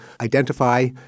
identify